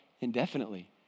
indefinitely